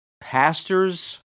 pastors